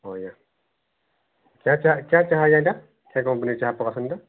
ହଁ ଆଜ୍ଞା କ୍ୟା ଚା କ୍ୟା ଚାହା ଆଜ୍ଞା ଏଇଟା କେଉଁ କମ୍ପାନୀ ଚାହା ପକଉଛନ୍ତି